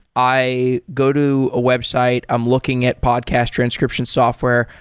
i go to a website, i'm looking at podcast transcription software,